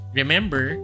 remember